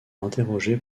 interrogé